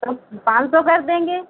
तो हम पाँच सौ कर देंगे